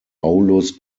aulus